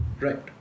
right